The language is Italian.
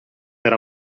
per